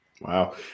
Wow